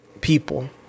people